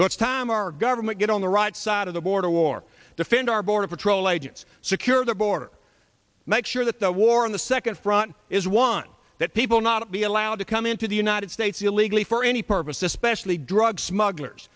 so it's time our government get on the right side of the border war defend our border patrol agents secure the border make sure that the war on the second front is one that people not be allowed to come into the united states illegally for any purpose especially drug smugglers